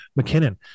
McKinnon